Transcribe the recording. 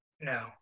No